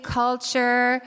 culture